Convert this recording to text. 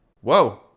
whoa